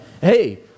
hey